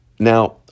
Now